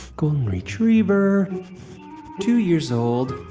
golden retriever two years old,